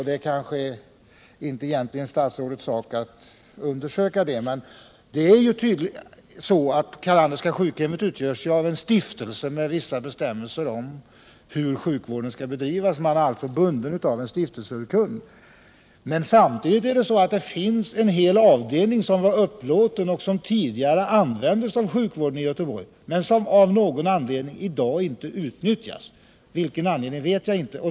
Det kanske inte egentligen är statsrådets sak att undersöka det. Carlanderska sjukhem met drivs av en stiftelse med vissa bestämmelser om hur sjukvården skall bedrivas. Man är alltså bunden av en stiftelseurkund. Men på sjukhemmet finns en hel avdelning som upplåtits och tidigare använts av sjukvården i Göteborg men som av någon anledning i dag inte utnyttjas — av vilken anledning vet jag inte.